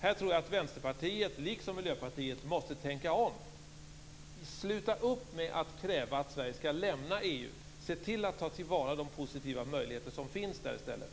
Här tror jag att Vänsterpartiet, liksom Miljöpartiet, måste tänka om. Sluta upp med att kräva att Sverige skall lämna EU! Se till att ta till vara de positiva möjligheter som finns där i stället!